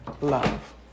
love